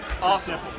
Awesome